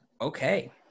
Okay